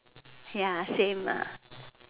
ya same